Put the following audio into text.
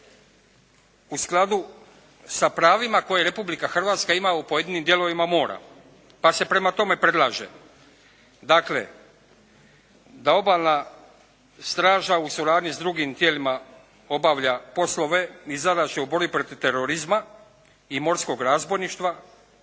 u skladu sa pravima koje Republika Hrvatska ima u pojedinim dijelovima mora pa se prema tome predlaže dakle, da Obalna straža u suradnji s drugim tijelima obavlja poslove i zadaće u borbi protiv terorizma i morskog razbojništva,